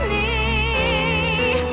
a